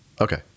Okay